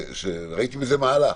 ראיתי בזה מעלה.